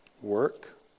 Work